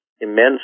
immense